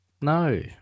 No